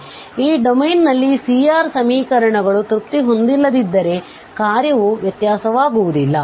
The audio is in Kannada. ಆದ್ದರಿಂದ ಈ ಡೊಮೇನ್ನಲ್ಲಿ C R ಸಮೀಕರಣಗಳು ತೃಪ್ತಿ ಹೊಂದಿಲ್ಲದಿದ್ದರೆ ಕಾರ್ಯವು ವ್ಯತ್ಯಾಸವಾಗುವುದಿಲ್ಲ